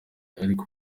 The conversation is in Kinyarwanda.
ariko